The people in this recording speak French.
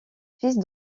fils